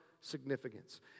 significance